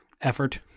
effort